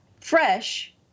fresh